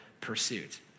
pursuit